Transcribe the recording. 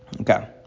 Okay